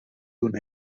d’un